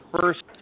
first